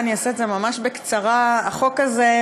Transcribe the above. הצעת חוק הביטוח הלאומי (תיקון מס'